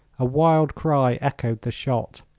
a wild cry echoed the shot.